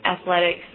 athletics